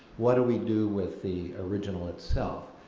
what do we do with the original itself?